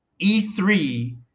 e3